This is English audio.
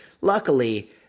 Luckily